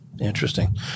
Interesting